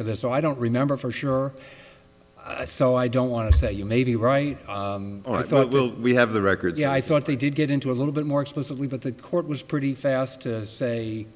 for this oh i don't remember for sure i so i don't want to say you may be right or i thought well we have the records yeah i thought they did get into a little bit more explicitly but the court was pretty fast to say